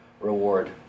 reward